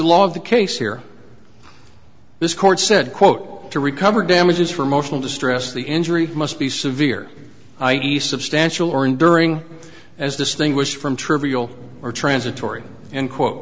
of the case here this court said quote to recover damages for motion in distress the injury must be severe i e substantial or enduring as distinguished from trivial or transitory and quote